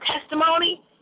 testimony